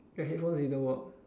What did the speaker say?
your headphones didn't work